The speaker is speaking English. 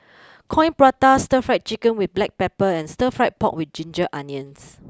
Coin Prata Stir Fried Chicken with Black Pepper and Stir Fry Pork with Ginger Onions